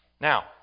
Now